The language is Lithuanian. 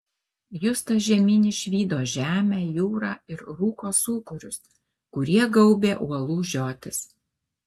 justas žemyn išvydo žemę jūrą ir rūko sūkurius kurie gaubė uolų žiotis